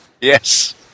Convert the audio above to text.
Yes